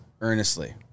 earnestly